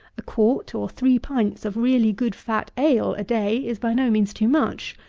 a quart, or three pints, of really good fat ale a-day is by no means too much.